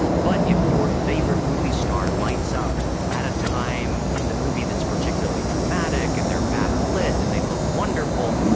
but if your favourite movie star lights up at a time in the movie that's particularly dramatic and they are backlit and they look wonderful,